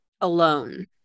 alone